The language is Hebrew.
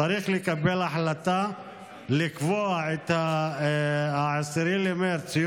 צריך לקבל החלטה לקבוע את 10 במרץ,